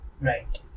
right